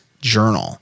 journal